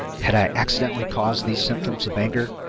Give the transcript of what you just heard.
had i accidentally caused these symptoms of anger?